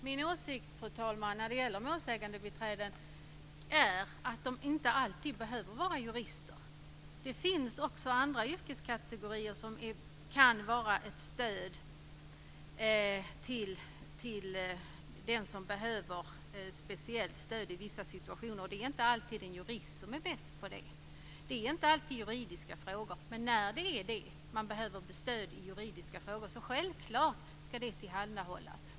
Fru talman! Min åsikt när det gäller målsägandebiträden är att de inte alltid behöver vara jurister. Det finns också andra yrkeskategorier som kan vara ett stöd till den som behöver speciellt stöd i vissa situationer, och det är inte alltid en jurist som är bäst på det. Det handlar inte alltid om juridiska frågor, men när man behöver stöd i juridiska frågor ska målsägandebiträden självklart tillhandahållas.